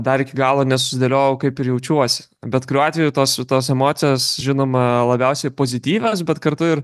dar iki galo nesusidėliojau kaip ir jaučiuosi bet kuriuo atveju tos tos emocijos žinoma labiausiai pozityvios bet kartu ir